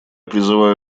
призываю